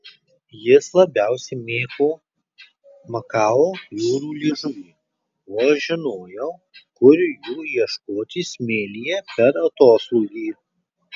jis labiausiai mėgo makao jūrų liežuvį o aš žinojau kur jų ieškoti smėlyje per atoslūgį